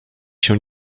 się